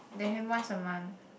they have once a month